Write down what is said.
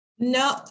No